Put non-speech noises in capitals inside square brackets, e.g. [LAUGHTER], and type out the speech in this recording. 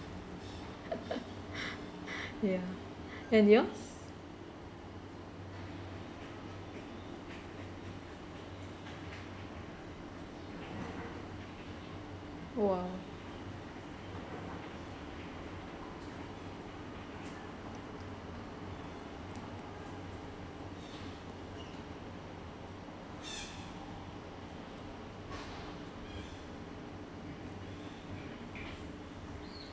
[LAUGHS] ya and yours !wow!